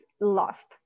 lost